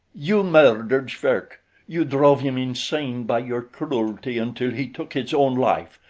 you murdered schwerke you drove him insane by your cruelty until he took his own life.